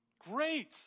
Great